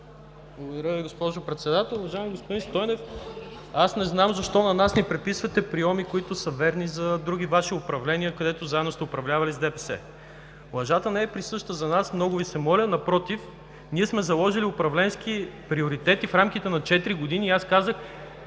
Благодаря Ви, госпожо Председател. Уважаеми господин Стойнев, не знам защо на нас ни приписвате прийоми, които са верни за други Ваши управления, където заедно сте управлявали с ДПС. Лъжата не е присъща за нас, много Ви се моля! Напротив, ние сме заложили управленски приоритети в рамките на четири години и аз казах